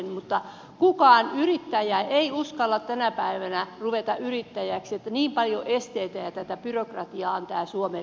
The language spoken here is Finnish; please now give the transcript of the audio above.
mutta kukaan yrittäjä ei uskalla tänä päivänä ruveta yrittäjäksi niin paljon esteitä ja tätä byrokratiaa on täällä suomen viidakossa